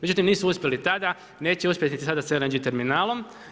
Međutim, nisu uspjeli tada, neće uspjeti niti sada s LNG terminalom.